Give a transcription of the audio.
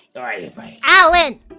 Alan